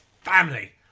family